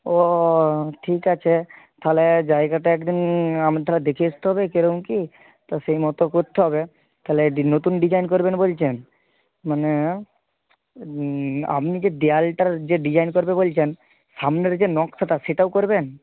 ও ঠিক আছে তাহলে জায়গাটা একদিন তাহলে দেখে আসতে হবে কীরকম কী তো সেইমতো করতে হবে তাহলে নতুন ডিজাইন করবেন বলছেন মানে আপনি যে দেওয়ালটার যে ডিজাইন করবে বলছেন সামনের যে নকশাটা সেটাও করবেন